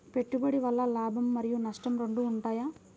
పెట్టుబడి వల్ల లాభం మరియు నష్టం రెండు ఉంటాయా?